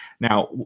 now